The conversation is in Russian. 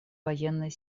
военной